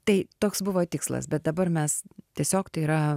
tai toks buvo tikslas bet dabar mes tiesiog tai yra